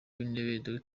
w’intebe